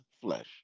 flesh